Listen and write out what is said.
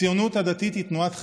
הציונות הדתית היא תנועת חיים.